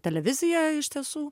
televiziją iš tiesų